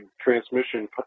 transmission